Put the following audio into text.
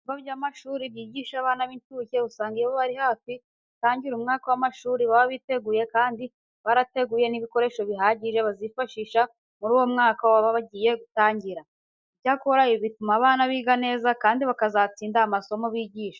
Ibigo by'amashuri byigisha abana b'incuke usanga iyo bari hafi gutangira umwaka w'amashuri baba biteguye kandi barateguye n'ibikoresho bihagije bazifashisha muri uwo mwaka baba bagiye gutangira. Icyakora, ibi bituma abana biga neza kandi bakazatsinda amasomo bigishwa.